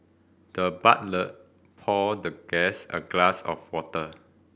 the butler poured the guest a glass of water